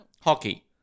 Hockey